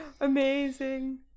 Amazing